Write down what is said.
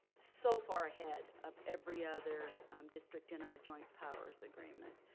so far ahead of every other district in our joint powers agreement.